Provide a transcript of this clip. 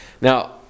Now